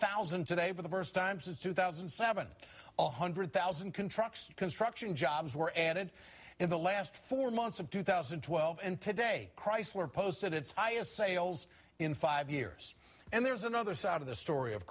thousand today for the first time since two thousand and seven hundred thousand can trucks construction jobs were added in the last four months of two thousand and twelve and today chrysler posted its highest sales in five years and there's another side of the story of